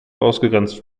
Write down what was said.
ausgegrenzt